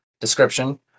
description